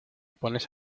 pones